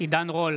עידן רול,